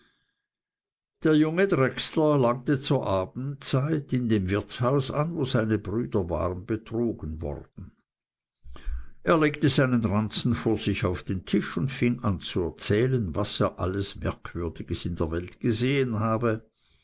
der junge drechsler langte zur abendzeit in dem wirtshaus an wo seine brüder waren betrogen worden er legte seinen ranzen vor sich auf den tisch und fing an zu erzählen was er alles merkwürdiges in der welt gesehen habe